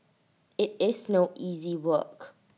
IT is no easy work